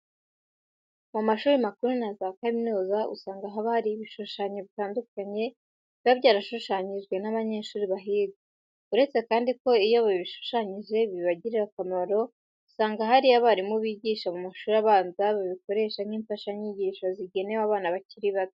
Mu mashuri makuru na za kaminuza usanga haba hari ibishushanyo bitandukanye biba byarashushanyijwe n'abanyeshuri bahiga. Uretse kandi ko iyo babishushanyije bibagirira akamaro, usanga hari abarimu bigisha mu mashuri abanza babikoresha nk'imfashanyigisho zigenewe abana bakiri bato.